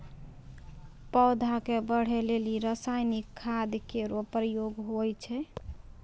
पौधा क बढ़ै लेलि रसायनिक खाद केरो प्रयोग होय छै